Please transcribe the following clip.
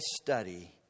study